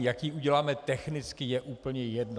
Jak ji uděláme technicky, je úplně jedno.